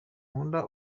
nkunda